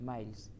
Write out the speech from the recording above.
Miles